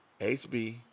HB